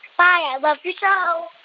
bye. i love your show